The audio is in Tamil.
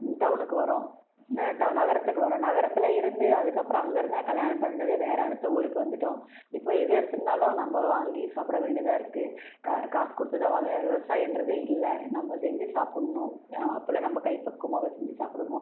டவுனுக்கு வரோம் நகரத்துக்கு வரோம் நகரத்தில் இருந்து அதுக்கு அப்புறம் அங்கிருந்து நான் கல்யாணம் பண்ணிட்டது வேறு அடுத்த ஊருக்கு வந்துவிட்டோம் இப்போது எது எடுத்துவிட்னாலும் நம்ம வாங்கி சாப்பிட வேண்டியதாயிருக்கு காசு கொடுத்து தான் வாங்கிறோம் விவசாயகிறதே இல்லை நம்ம செஞ்சு சாப்பிட்ணும் அப்பெலாம் நம்ம கை பக்குவமாகவே செஞ்சு சாப்பிடுவோம்